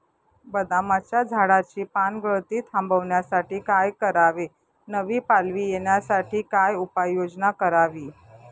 बदामाच्या झाडाची पानगळती थांबवण्यासाठी काय करावे? नवी पालवी येण्यासाठी काय उपाययोजना करावी?